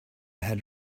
had